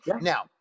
Now